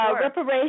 Reparation